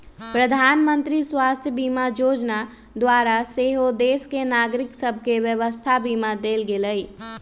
प्रधानमंत्री स्वास्थ्य बीमा जोजना द्वारा सेहो देश के नागरिक सभके स्वास्थ्य बीमा देल गेलइ